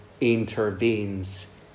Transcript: intervenes